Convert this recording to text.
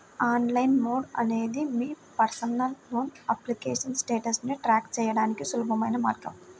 online mode అనేది మీ personal loan application స్టేటస్ను ట్రాక్ చేయడానికి సులభమైన మార్గం